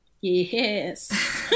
Yes